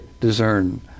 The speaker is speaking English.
discern